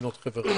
מדינות חבר העמים.